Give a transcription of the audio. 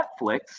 Netflix